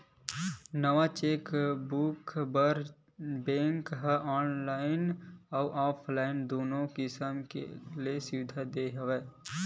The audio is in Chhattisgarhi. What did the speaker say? नवा चेकबूक बर बेंक ह ऑनलाईन अउ ऑफलाईन दुनो किसम ले सुबिधा दे हे